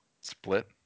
Split